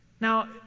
Now